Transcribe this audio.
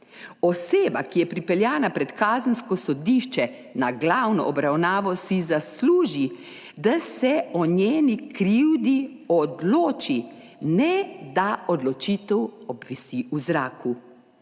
Oseba, ki je pripeljana pred kazensko sodišče na glavno obravnavo, si zasluži, da se o njeni krivdi odloči, ne da odločitev obvisi v zraku.